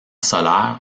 solaire